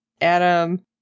Adam